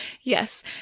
Yes